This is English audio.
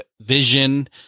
vision